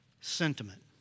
sentiment